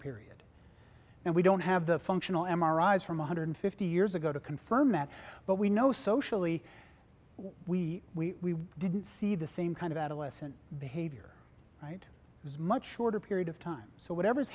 period and we don't have the functional m r i s from one hundred fifty years ago to confirm it but we know socially we we didn't see the same kind of adolescent behavior right as much shorter period of time so whatever's